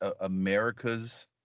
America's